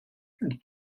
and